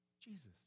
Jesus